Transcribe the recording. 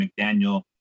McDaniel